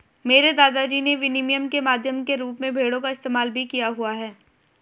मेरे दादा जी ने विनिमय के माध्यम के रूप में भेड़ों का इस्तेमाल भी किया हुआ है